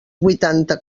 huitanta